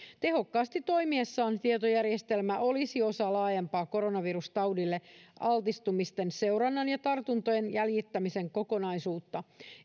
tehokkaasti toimiessaan tietojärjestelmä olisi osa laajempaa koronavirustaudille altistumisten seurannan ja tartuntojen jäljittämisen kokonaisuutta